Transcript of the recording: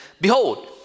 Behold